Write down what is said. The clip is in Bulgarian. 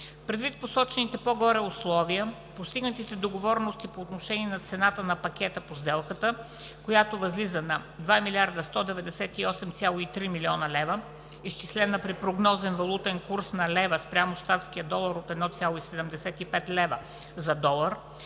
Предвид посочените по-горе условия, постигнатите договорености по отношение на цената на пакета по сделката, която възлиза на 2 млрд. 198,3 млн. лв., изчислена при прогнозен валутен курс на лева спрямо щатския долар от 1,75 лева за долар,